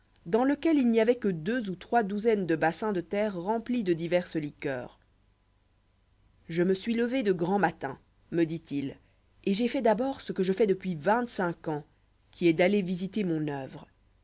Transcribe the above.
dans lequel il n'y avoit que deux ou trois douzaines de bassins de terre remplis de diverses liqueurs je me suis levé de grand matin me dit-il et j'ai fait d'abord ce que je fais depuis vingt-cinq ans qui est d'aller visiter mon œuvre